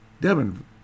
Devin